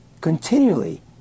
continually